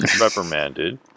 reprimanded